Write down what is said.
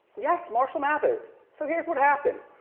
yes, marshall mathers, so here's what happened.